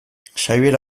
xabier